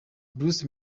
bruce